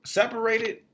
separated